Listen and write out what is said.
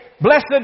Blessed